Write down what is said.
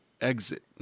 exit